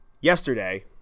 yesterday